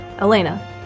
Elena